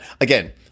again